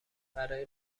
برای